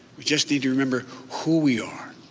we just need to remember who we are.